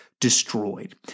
destroyed